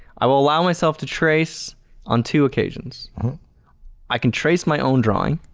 i will allow myself to trace on two occasions i can trace my own drawing